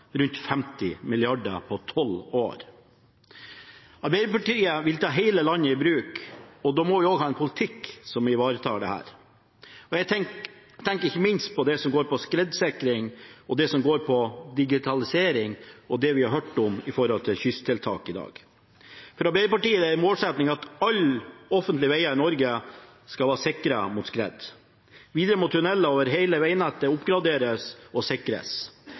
rundt 50 mrd. kr på tolv år. Arbeiderpartiet vil ta hele landet i bruk, og da må vi også ha en poltikk som ivaretar dette. Jeg tenker ikke minst på skredsikring, digitalisering og det vi i dag har hørt om kysttiltak. For Arbeiderpartiet er det en målsetting at alle offentlige veger i Norge skal være sikret mot skred. Videre må tunneler over hele vegnettet oppgraderes og sikres.